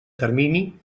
termini